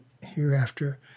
hereafter